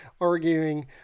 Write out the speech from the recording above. arguing